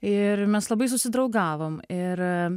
ir mes labai susidraugavom ir